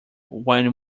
when